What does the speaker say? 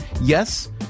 Yes